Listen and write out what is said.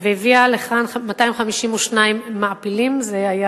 והביאה לכאן 252 מעפילים, זה היה